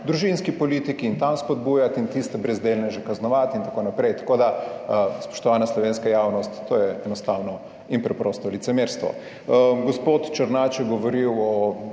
družinski politiki in tam spodbujati ter tiste brezdelneže kaznovati in tako naprej. Tako da, spoštovana slovenska javnost, to je enostavno in preprosto licemerstvo. Gospod Černač je govoril o